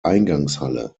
eingangshalle